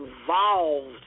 involved